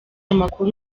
amakuru